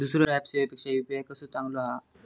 दुसरो ऍप सेवेपेक्षा यू.पी.आय कसो चांगलो हा?